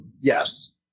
Yes